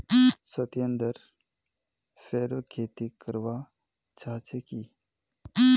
सत्येंद्र फेरो खेती करवा चाह छे की